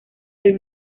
del